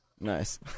Nice